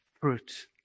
fruit